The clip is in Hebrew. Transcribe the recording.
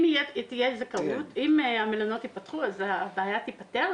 אם המלונות ייפתחו, הבעיה תיפתר.